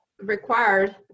required